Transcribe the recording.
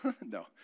no